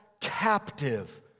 captive